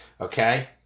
Okay